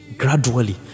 Gradually